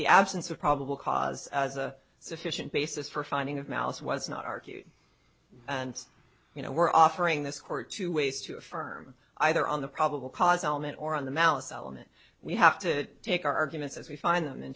the absence of probable cause as a sufficient basis for a finding of malice was not argued and you know we're offering this court two ways to affirm either on the probable cause element or on the malice element we have to take our arguments as we find them in